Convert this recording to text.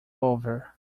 over